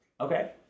Okay